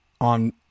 on